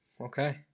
Okay